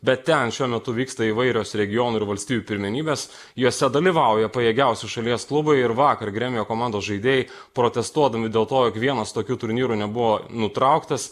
bet ten šiuo metu vyksta įvairios regionų ir valstijų pirmenybes jose dalyvauja pajėgiausi šalies klubai ir vakar gremio komandos žaidėjai protestuodami dėl to jog vienas tokių turnyrų nebuvo nutrauktas